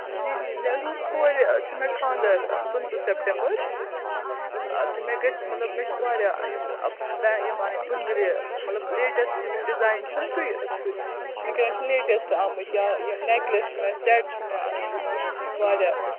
جی جی مےٚ حظ اوس کورِ چھُ مےٚ خانٛدَر پٕنٛژٕ سٮ۪پٹَمبَر تہٕ مےٚ گژھِ مطلب مےٚ چھُ واریاہ یِم بے یِم اَنٕنۍ بٕنٛگرِ مطلب لیٹٮ۪سٹ یِم ڈِزایِن چھِ نَہ تُہۍ تہٕ وٕنۍکٮ۪نَس چھِ لیٹٮ۪سٹ آمٕتۍ یا یِم نٮ۪کلِس چھِ مےٚ سٮ۪ٹ چھِ مےٚ اَنٕنۍ واریاہ